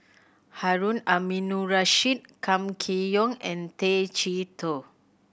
Harun Aminurrashid Kam Kee Yong and Tay Chee Toh